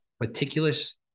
meticulous